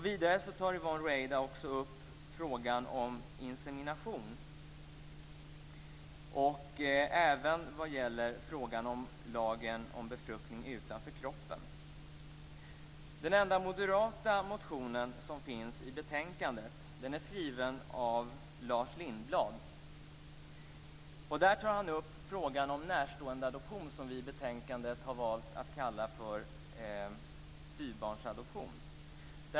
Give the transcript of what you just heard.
Vidare tar Yvonne Ruwaida upp frågan om insemination. Det gäller även frågan om lagen om befruktning utanför kroppen. Den enda moderata motion som finns i betänkandet är skriven av Lars Lindblad. I den tar han upp frågan om närståendeadoption, som vi i betänkandet har valt att kalla för styvbarnsadoption.